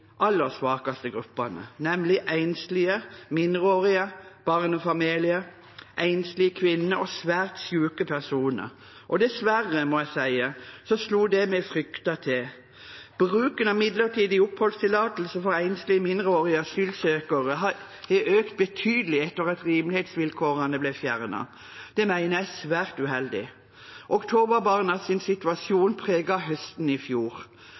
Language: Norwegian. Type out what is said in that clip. aller svakeste gruppene, nemlig enslige mindreårige, barnefamilier, enslige kvinner og svært syke personer, og dessverre, må jeg si, slo det vi fryktet, til. Bruken av midlertidig oppholdstillatelse for enslige mindreårige asylsøkere har økt betydelig etter at rimelighetsvilkårene ble fjernet. Det mener jeg er svært uheldig. Oktoberbarnas situasjon preget høsten i fjor.